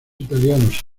italianos